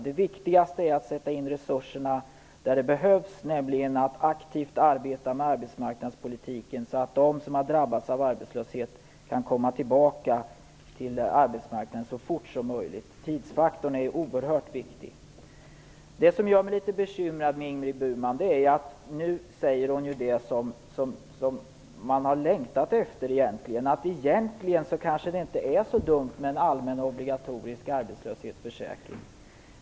Det viktigaste är att sätta in resurserna där de behövs genom att aktivt arbeta med arbetsmarknadspolitiken, så att de som har drabbats av arbetslöshet kan komma tillbaka till arbetsmarknaden så fort som möjligt. Tidsfaktorn är oerhört viktig. Nu säger Ingrid Burman det som man har längtat efter att få höra, nämligen att det egentligen kanske inte är så dumt med en allmän, obligatorisk arbetslöshetsförsäkring.